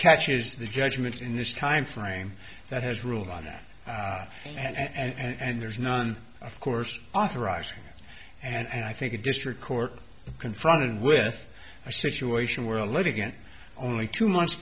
catches the judgments in this timeframe that has ruled on that and there's none of course authorizing and i think a district court confronted with a situation where a litigant only two months